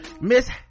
miss